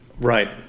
Right